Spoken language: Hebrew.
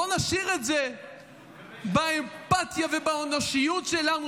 בואו נשאיר את זה באמפתיה ובאנושיות שלנו,